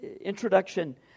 introduction